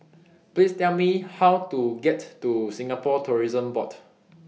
Please Tell Me How to get to Singapore Tourism Board